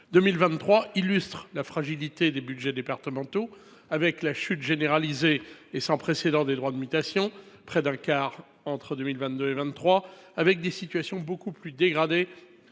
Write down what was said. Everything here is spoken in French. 2023 illustre la fragilité des budgets départementaux, en raison de la chute généralisée et sans précédent des droits de mutation, pour près d’un quart entre 2022 et 2023. Les situations sont beaucoup plus dégradées